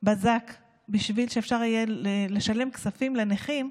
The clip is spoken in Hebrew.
בזק בשביל שאפשר יהיה לשלם כספים לנכים,